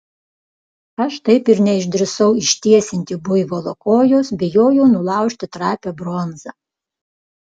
aš taip ir neišdrįsau ištiesinti buivolo kojos bijojau nulaužti trapią bronzą